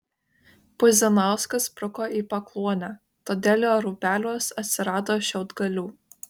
puzinauskas spruko į pakluonę todėl jo rūbeliuos atsirado šiaudgalių